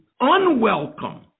unwelcome